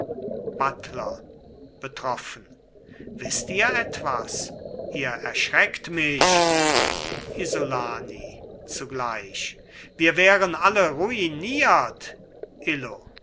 buttler betroffen wißt ihr etwas ihr erschreckt mich isolani zugleich wir wären alle ruiniert illo